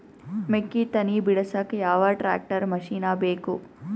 ಮೆಕ್ಕಿ ತನಿ ಬಿಡಸಕ್ ಯಾವ ಟ್ರ್ಯಾಕ್ಟರ್ ಮಶಿನ ಬೇಕು?